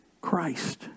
Christ